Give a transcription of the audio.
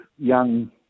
young